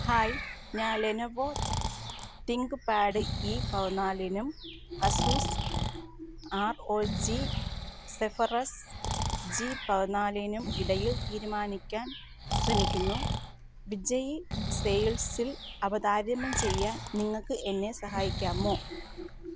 hi ഞാൻ Lenovo ThinkPad E പതിനാലിനും Asus R O G Zephyrus G പതിനാലിനും ഇടയിൽ തീരുമാനിക്കാൻ ശ്രമിക്കുന്നു വിജയ് സെയിൽസിൽ അവ താരതമ്യം ചെയ്യാൻ നിങ്ങൾക്ക് എന്നെ സഹായിക്കാമോ